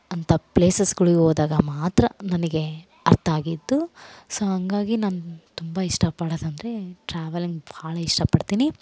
ಅಂಥ ಪ್ಲೇಸಸ್ಗಳಿಗ್ ಹೋದಾಗ ಮಾತ್ರ ನನಗೆ ಅರ್ಥ ಆಗಿದ್ದು ಸೊ ಹಂಗಾಗಿ ನಾನು ತುಂಬ ಇಷ್ಟಪಡೊದಂದ್ರೆ ಟ್ರಾವೆಲಿಂಗ್ ಭಾಳ ಇಷ್ಟಪಡ್ತೀನಿ